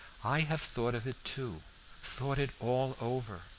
i have thought of it too thought it all over.